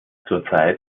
zurzeit